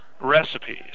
recipes